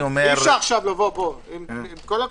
עם כל הכבוד,